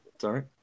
Sorry